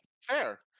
fair